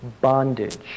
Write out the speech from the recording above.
bondage